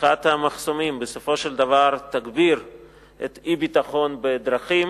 שפתיחת המחסומים בסופו של דבר תגביר את אי-הביטחון בדרכים.